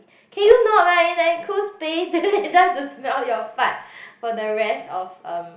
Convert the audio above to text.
can you not like in an enclosed space then I don't have to smell your fart for the rest of um